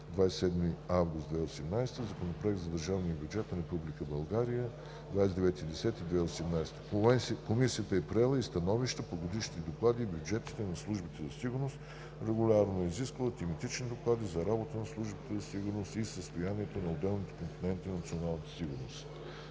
27 август 2018 г. Законопроект за държавния бюджет на Република България от 29 октомври 2018 г. Комисията е приела и становища по годишните доклади и бюджетите на службите за сигурност. Регулярно е изисквала тематични доклади за работата на службите за сигурност и за състоянието на отделните компоненти на националната сигурност.“